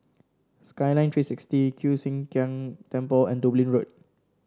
Skyline Three sixty Kiew Sian King Temple and Dublin Road